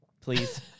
Please